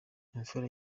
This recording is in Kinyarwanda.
imfura